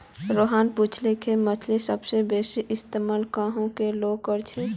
रोहन पूछले कि मछ्लीर सबसे बेसि इस्तमाल कुहाँ कार लोग कर छे